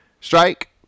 Strike